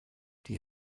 die